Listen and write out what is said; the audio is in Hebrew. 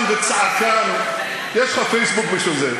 להיות צייצן וצעקן, יש לך פייסבוק בשביל זה.